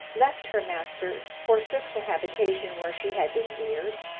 left her master, forsook the habitation where she had been reared,